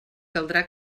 caldrà